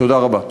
תודה רבה.